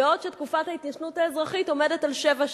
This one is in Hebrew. תציג את הצעת החוק יושבת-ראש הוועדה לקידום מעמד האשה,